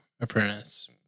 apprentice